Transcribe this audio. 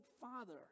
father